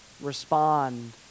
respond